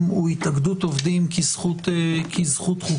הוא: התאגדות עובדים כזכות חוקתית.